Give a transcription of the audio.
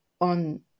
on